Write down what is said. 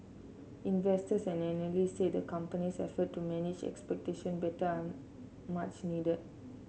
investors and analysts say the company's effort to manage expectation better are much needed